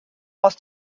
aus